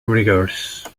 rigorous